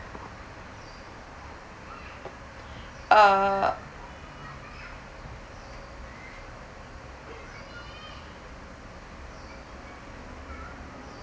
uh